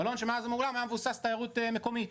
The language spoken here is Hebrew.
מלון שמאז ומעולם היה מבוסס על תיירות מקומית,